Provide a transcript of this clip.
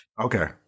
Okay